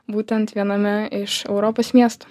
būtent viename iš europos miestų